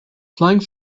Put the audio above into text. flying